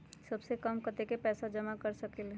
सबसे कम कतेक पैसा जमा कर सकेल?